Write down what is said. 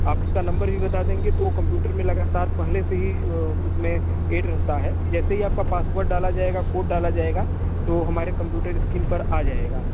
आप उसका नंबर भी बता देंगे तो वो कंपूटर मे लगातार पहले से ही उस में एड रहता है जैसे ही आपका पासवर्ड डाला जाएगा कोड डाला जाएगा तो हमारे कंप्यूटर स्कीन पर आ जाएगा